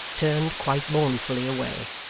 turned quite mournfully away.